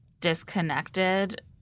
disconnected